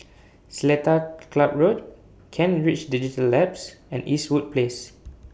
Seletar Club Road Kent Ridge Digital Labs and Eastwood Place